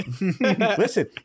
Listen